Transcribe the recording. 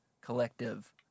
collective